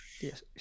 Yes